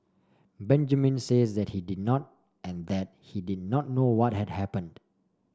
Benjamin says that he did not and that he did not know what had happened